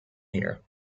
here